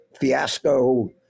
fiasco